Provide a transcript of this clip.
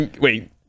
Wait